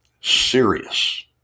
serious